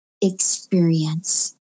experience